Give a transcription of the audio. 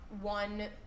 one